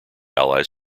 allies